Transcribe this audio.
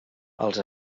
als